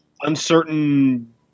uncertain